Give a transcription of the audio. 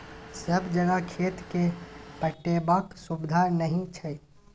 सब जगह खेत केँ पटेबाक सुबिधा नहि छै